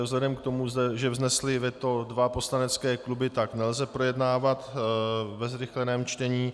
Vzhledem k tomu, že vznesly veto dva poslanecké kluby, tak nelze projednávat ve zrychleném čtení.